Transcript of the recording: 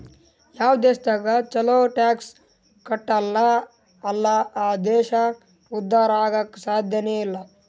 ಯಾವ್ ದೇಶದಾಗ್ ಛಲೋ ಟ್ಯಾಕ್ಸ್ ಕಟ್ಟಲ್ ಅಲ್ಲಾ ಆ ದೇಶ ಉದ್ಧಾರ ಆಗಾಕ್ ಸಾಧ್ಯನೇ ಇಲ್ಲ